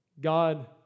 God